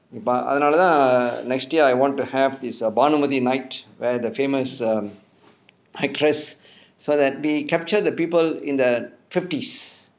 but அதனால தான்:athanala thaan next year I want to have is a bhanumathi night where the famous um actress so that we capture the people in the fifties